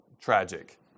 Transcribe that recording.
tragic